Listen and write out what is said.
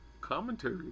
commentary